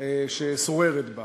ששוררת בה.